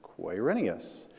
Quirinius